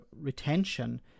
retention